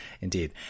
Indeed